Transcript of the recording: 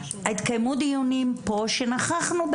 התקיימו דיונים בהם נכחנו,